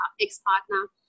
ex-partner